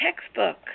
textbook